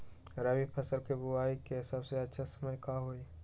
रबी फसल के बुआई के सबसे अच्छा समय का हई?